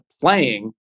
playing